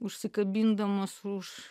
užsikabindamos už